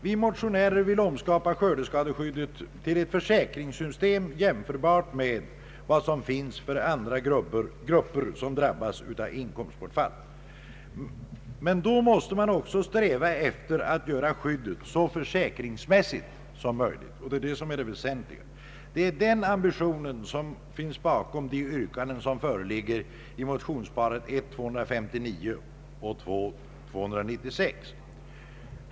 Vi motionärer vill omskapa skördeskadeskyddet till ett försäkringssystem jämförbart med vad som finns för andra grupper som drabbas av inkomstbortfall, men då måste man också sträva efter att göra skyddet så försäkringsmäs sigt som möjligt — det är det som är det väsentliga. Det är den ambitionen som finns bakom de yrkanden som föreligger i motionsparet I: 259 och II: 296.